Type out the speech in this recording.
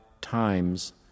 times